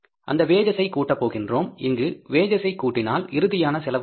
அந்தக் வேஜஸ் ஐ கூட்டப் போகின்றோம் இங்கு வேஜஸ் ஐ கூட்டினால் இறுதியான செலவு என்ன